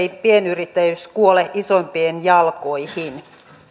ettei pienyrittäjyys kuole isompien jalkoihin